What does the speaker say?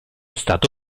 stato